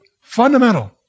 fundamental